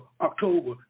October